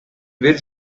бир